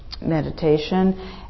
meditation